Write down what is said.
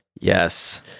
Yes